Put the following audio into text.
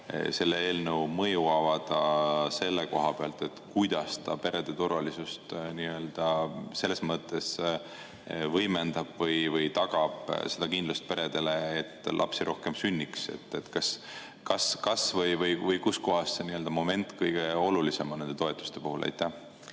selle eelnõu mõju avada selle koha pealt, kuidas ta perede turvalisust selles mõttes võimendab või tagab peredele kindlust, et lapsi rohkem sünniks? Kas või kuskohas see moment kõige olulisem on nende toetuste puhul? Aitäh,